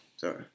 Sorry